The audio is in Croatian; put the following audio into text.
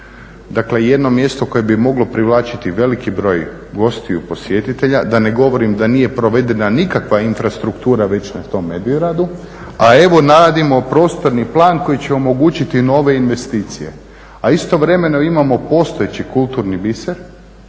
Dakle jedno mjesto koje bi moglo privlačiti veliki broj gostiju, posjetitelja, da ne govorim da nije provedena nikakva infrastruktura već na tom Medvedgradu, a evo … prostorni plan koji će omogućiti nove investicije, a istovremeno imamo postojeći kulturni biser